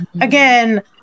again